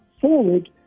forward